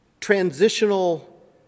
transitional